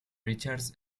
richards